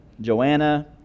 Joanna